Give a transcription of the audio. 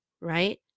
right